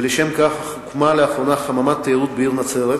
ולשם כך הוקמה לאחרונה חממת תיירות בעיר נצרת,